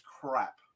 crap